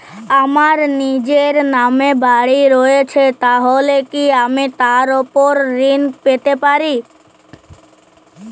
আমার নিজের নামে বাড়ী রয়েছে তাহলে কি আমি তার ওপর ঋণ পেতে পারি?